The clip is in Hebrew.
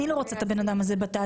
אני לא רוצה את הבן אדם הזה בתעשייה.